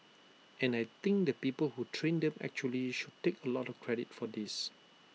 and I think the people who trained them actually should take A lot of credit for this